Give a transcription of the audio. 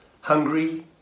hungry